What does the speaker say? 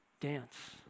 dance